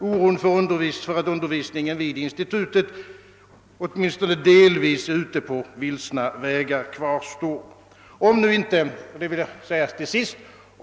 Oron för att undervisningen vid institutet åtminstone delvis är ute på vilsna vägar kvarstår.